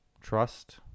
trust